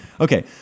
Okay